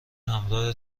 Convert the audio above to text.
همراه